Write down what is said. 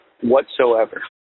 whatsoever